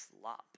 Slop